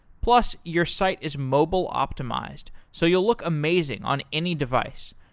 plus, your site is mobile optimized so you'll look amazing on any device.